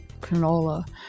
canola